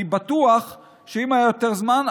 אני בטוח שאם היה יותר זמן,